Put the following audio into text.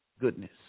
goodness